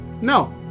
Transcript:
No